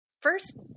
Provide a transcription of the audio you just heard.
first